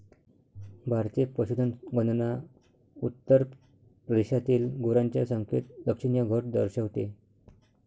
भारतीय पशुधन गणना उत्तर प्रदेशातील गुरांच्या संख्येत लक्षणीय घट दर्शवते